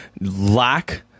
lack